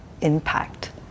impact